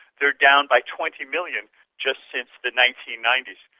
they are down by twenty million just since the nineteen ninety s.